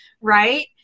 right